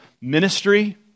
ministry